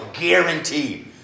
Guaranteed